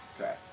Okay